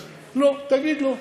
אז לא, תגיד לא.